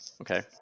Okay